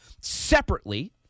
separately